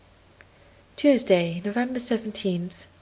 tuesday, november seventeenth,